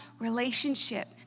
relationship